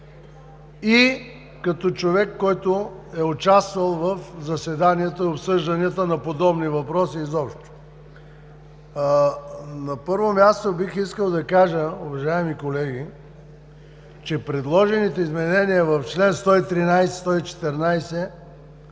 и като човек, който е участвал в заседанията и обсъжданията на подобни въпроси. На първо място бих искал да кажа, уважаеми колеги, че предложените изменения в чл. 113 и 114